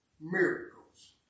miracles